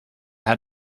had